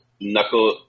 Knuckle